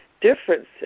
differences